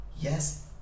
Yes